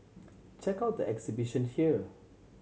check out the exhibition here